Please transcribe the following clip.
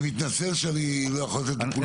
אני מתנצל שאני לא יכול לתת לכולם לדבר.